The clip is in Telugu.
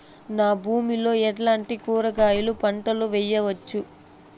నా భూమి లో ఎట్లాంటి కూరగాయల పంటలు వేయవచ్చు?